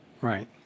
Right